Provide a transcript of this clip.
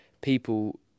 people